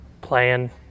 playing